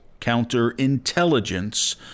Counterintelligence